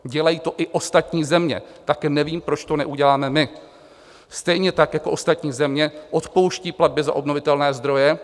Dělají to i ostatní země, tak nevím, proč to neuděláme my stejně, tak jako ostatní země odpouští platby za obnovitelné zdroje.